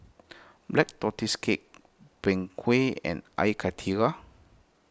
Black Tortoise Cake Png Kueh and Air Karthira